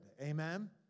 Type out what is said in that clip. Amen